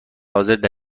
حاضردر